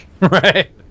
right